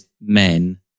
men